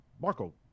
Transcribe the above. Marco